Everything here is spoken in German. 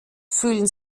fühlen